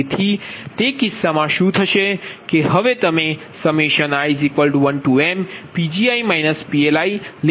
તેથી તે કિસ્સામાં શું થશે કે હવે તમે i 1mPgi PL0ચકાસી લો